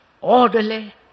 orderly